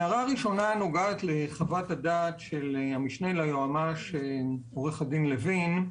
הערה ראשונה נוגעת לחוות הדעת של המשנה ליועמ"ש עו"ד לוין.